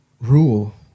rule